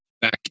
back